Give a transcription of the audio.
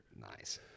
Nice